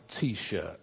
T-shirt